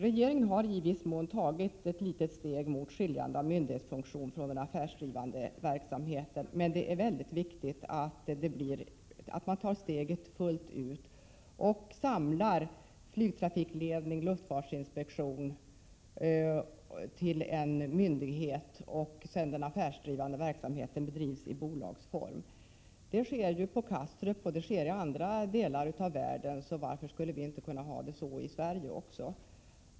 Regeringen har tagit ett litet steg mot skiljande av myndighetsfunktionen från den affärsdrivande verksamheten, men det är utomordentligt viktigt att man tar steget fullt ut och samlar flygtrafikledning och luftfartsinspektion till en myndighet och att den affärsdrivande verksamheten sedan bedrivs i bolagsform. Så sker på Kastrup, och så sker i andra delar av världen, så varför skulle vi inte kunna ha det så även i Sverige?